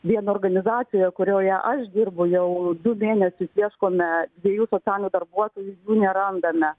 viena organizacija kurioje aš dirbu jau du mėnesius ieškome dviejų socialinių darbuotojų nerandame